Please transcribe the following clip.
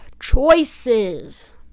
Choices